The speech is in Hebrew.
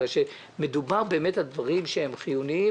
בגלל שמדובר באמת בדברים חיוניים